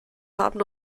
haben